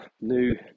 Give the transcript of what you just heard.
new